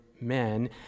men